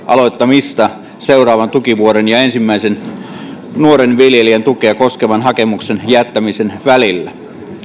aloittamista seuraavan tukivuoden ja ensimmäisen nuoren viljelijän tukea koskevan hakemuksen jättämisen välillä